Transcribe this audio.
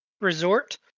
Resort